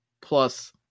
plus